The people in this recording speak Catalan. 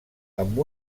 amb